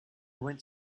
went